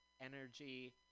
Energy